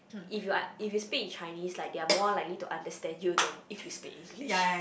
if you are if you speak in Chinese like they are more likely to understand you than if you speak English